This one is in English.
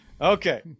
Okay